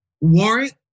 warrant